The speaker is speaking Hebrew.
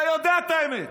אתה יודע את האמת.